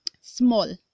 small